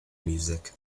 music